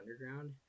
underground